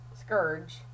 Scourge